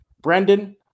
Brendan